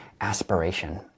aspiration